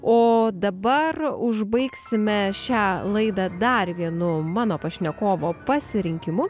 o dabar užbaigsime šią laidą dar vienu mano pašnekovo pasirinkimu